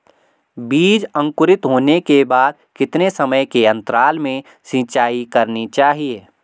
बीज अंकुरित होने के बाद कितने समय के अंतराल में सिंचाई करनी चाहिए?